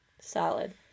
Solid